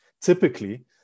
typically